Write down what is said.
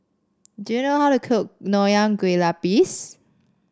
do you know how to cook Nonya Kueh Lapis